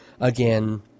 again